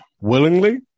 Willingly